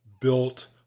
built